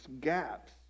gaps